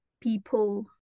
people